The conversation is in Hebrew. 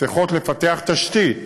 צריכות לפתח תשתית,